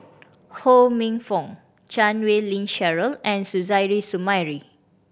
Ho Minfong Chan Wei Ling Cheryl and Suzairhe Sumari